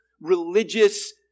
religious